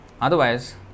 otherwise